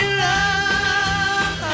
love